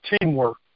teamwork